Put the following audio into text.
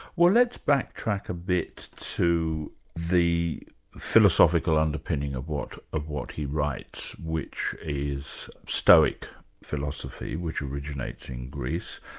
well let's backtrack a bit to the philosophical underpinning of what of what he writes, which is stoic philosophy, which originates in greece